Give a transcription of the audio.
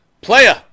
Player